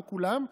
לא כולם,